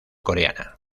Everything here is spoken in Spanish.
coreana